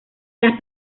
las